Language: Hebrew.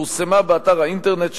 ופורסמה באתר האינטרנט.